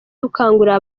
dukangurira